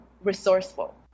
resourceful